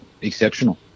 exceptional